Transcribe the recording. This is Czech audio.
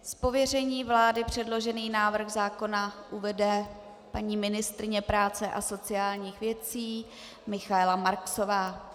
Z pověření vlády předložený návrh zákona uvede paní ministryně práce a sociálních věcí Michaela Marksová.